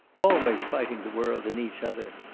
always fighting the world and each other.